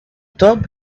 top